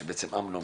שבעצם אמנון